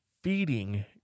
Feeding